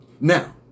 Now